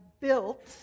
built